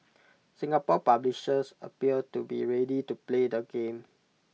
Singapore publishers appear to be ready to play the game